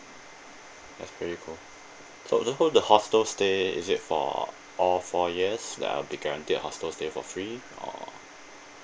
that's pretty cool so so the hostel stay is it for all four years that I'll be guaranteed a hostel stay for free or